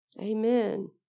Amen